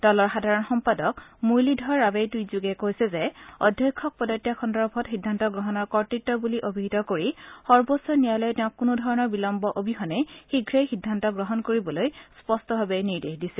দলৰ সাধাৰণ সম্পাদক মূৰলীধৰ ৰাৱে টুইটযোগে কৈছে যে অধ্যক্ষক পদত্যাগ সন্দৰ্ভত সিদ্ধান্ত গ্ৰহণৰ কৰ্তৃত বুলি অভিহিত কৰি সৰ্বোচ্চ ন্যায়ালয়ে তেওঁক কোনো ধৰণৰ বিলম্ব অবিহনে শীঘ্ৰেই সিদ্ধান্ত গ্ৰহণ কৰিবলৈ স্পষ্টভাৱে নিৰ্দেশ দিছে